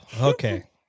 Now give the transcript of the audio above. Okay